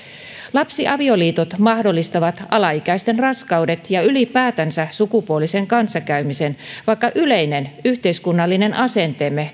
lapsiavioliitot mahdollistavat alaikäisten raskaudet ja ylipäätänsä sukupuolisen kanssakäymisen vaikka yleinen yhteiskunnallinen asenteemme